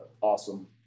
awesome